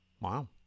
Wow